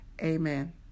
Amen